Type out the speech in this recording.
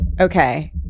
okay